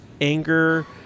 anger